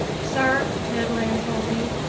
sir, ned land told me,